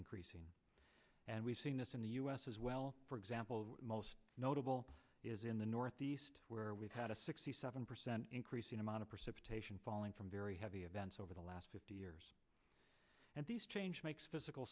increasing and we've seen this in the u s as well for example most notable is in the northeast where we've had a sixty seven percent increase in amount of pursuit taishan falling from very heavy events over the last fifty years and these change makes physical